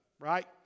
right